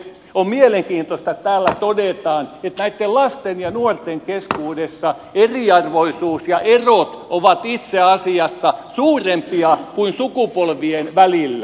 on mielenkiintoista että täällä todetaan että näitten lasten ja nuorten keskuudessa eriarvoisuus ja erot ovat itse asiassa suurempia kuin sukupolvien välillä